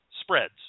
spreads